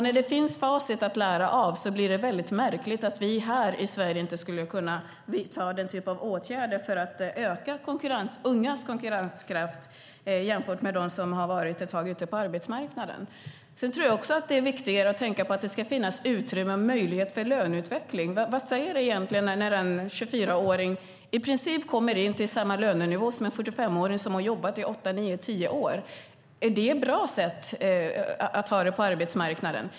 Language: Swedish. När det finns facit att lära av blir det mycket märkligt att vi här i Sverige inte skulle kunna vidta denna typ av åtgärder för att öka ungas konkurrenskraft jämfört med dem som har varit ett tag ute på arbetsmarknaden. Jag tror att det är viktigt att tänka på att det ska finns utrymme och möjlighet för löneutveckling. Vad säger det egentligen när en 24-åring i princip får samma lön som en 45-åring som har jobbat i åtta, nio eller tio år? Är det bra att ha det så på arbetsmarknaden?